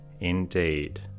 indeed